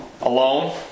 alone